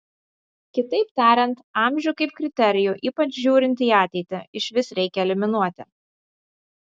kitaip tariant amžių kaip kriterijų ypač žiūrint į ateitį išvis reikia eliminuoti